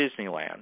Disneyland